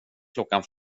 klockan